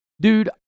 dude